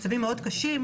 מצבים מאוד קשים.